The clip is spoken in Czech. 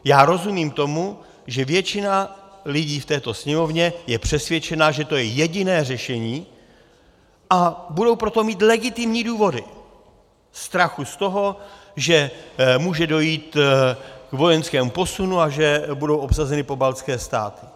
Já rozumím tomu, že většina lidí v této Sněmovně je přesvědčena, že to je jediné řešení, a budou pro to mít legitimní důvody strachu z toho, že může dojít k vojenskému posunu a že budou obsazeny pobaltské státy.